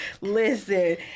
Listen